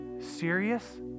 serious